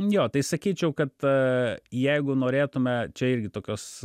jo tai sakyčiau kad jeigu norėtume čia irgi tokios